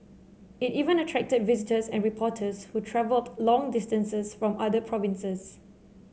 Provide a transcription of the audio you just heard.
it even attracted visitors and reporters who travelled long distances from other provinces